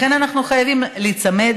לכן אנחנו חייבים להיצמד